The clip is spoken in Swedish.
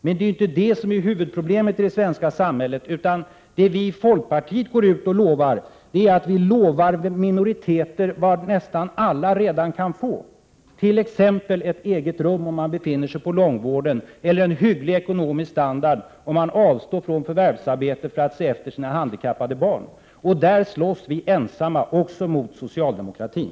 Men det är ju inte detta som är huvudproblemet i det svenska samhället. Vad vi i folkpartiet går ut och lovar är att ge minoriteter vad nästan alla redan kan få, t.ex. ett eget rum om man befinner sig på långvården eller en hygglig ekonomisk standard om man avstår från förvärvsarbete för att se efter sina handikappade barn. Där slåss vi ensamma — också mot socialdemokratin.